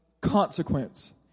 consequence